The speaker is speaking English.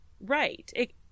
Right